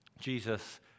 Jesus